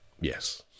yes